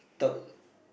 talk